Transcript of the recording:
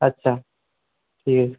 আচ্ছা ঠিক